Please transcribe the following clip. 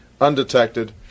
Undetected